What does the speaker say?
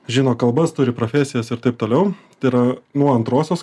žino kalbas turi profesijas ir taip toliau tai yra nuo antrosios